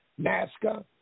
NASCA